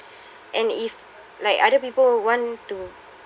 and if like other people want to